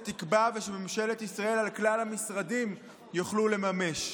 תקבע ושממשלת ישראל על כלל המשרדים תוכל לממש.